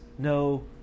No